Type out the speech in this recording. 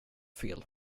fel